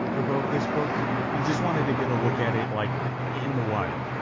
ah wrote this book. he just wanted to get a look at it, like, in the wild.